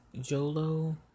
Jolo